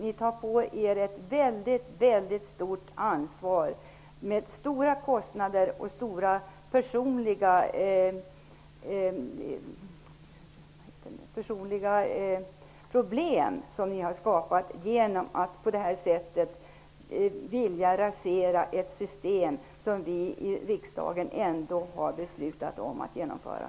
Ni tar på er ett mycket stort ansvar förenade med stora kostnader och stora personliga problem, eftersom ni vill rasera ett system som vi i riksdagen har fattat ett beslut om att genomföra.